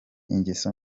ingeso